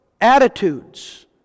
attitudes